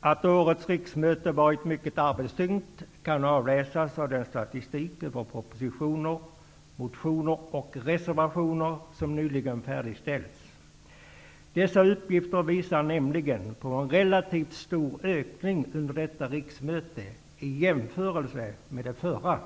Att årets riksmöte varit mycket arbetstyngt kan avläsas av den statistik över propositioner, motioner och reservationer som nyligen färdigställts. Dessa uppgifter visar nämligen på en relativt stor ökning under detta riksmöte i jämförelse med det förra.